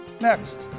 Next